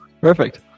Perfect